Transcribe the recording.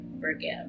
forgive